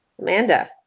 Amanda